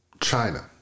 China